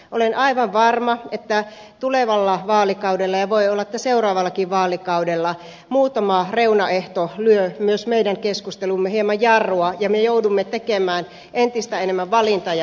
olen aivan varma että tulevalla vaalikaudella ja voi olla että seuraavallakin vaalikaudella muutama reunaehto lyö myös meidän keskusteluumme hieman jarrua ja me joudumme tekemään entistä enemmän valintaa ja prioriteettia